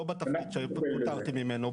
לא בתפקיד שפוטרתי ממנו,